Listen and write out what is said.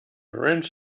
ranch